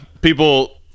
people